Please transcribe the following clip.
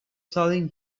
selling